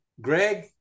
Greg